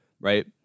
right